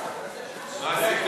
מה עשינו,